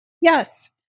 yes